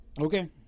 Okay